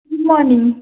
good morning